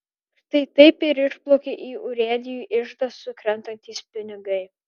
štai taip ir išplaukia į urėdijų iždą sukrentantys pinigai